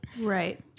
Right